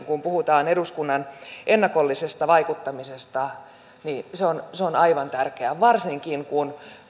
kun puhutaan eduskunnan ennakollisesta vaikuttamisesta ovat aivan tärkeitä varsinkin kun